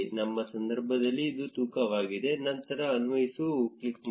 ನಮ್ಮ ಸಂದರ್ಭದಲ್ಲಿ ಇದು ತೂಕವಾಗಿದೆ ನಂತರ ಅನ್ವಯಿಸು ಕ್ಲಿಕ್ ಮಾಡಿ